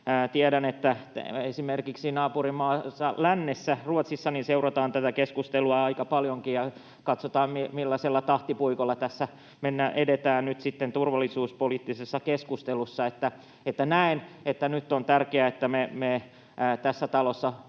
Tiedän, että esimerkiksi naapurimaassamme lännessä, Ruotsissa, seurataan tätä keskustelua aika paljonkin ja katsotaan, millaisella tahtipuikolla edetään nyt sitten tässä turvallisuuspoliittisessa keskustelussa. Näen, että nyt on tärkeää, että me tässä talossa